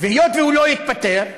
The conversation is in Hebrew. והיות שהוא לא יתפטר,